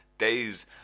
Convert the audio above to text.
days